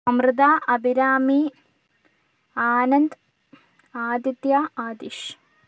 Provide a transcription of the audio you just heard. Amrita Abhirami Anand Aditya Adish